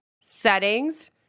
settings